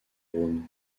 rhône